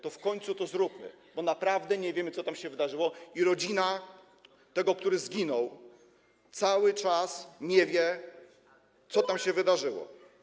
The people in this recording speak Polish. To w końcu to zróbmy, bo naprawdę nie wiemy, co tam się wydarzyło, i rodzina tego, który zginął, cały czas nie wie, co tam się wydarzyło.